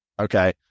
okay